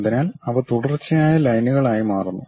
അതിനാൽ അവ തുടർച്ചയായ ലൈനുകൾ ആയി മാറുന്നു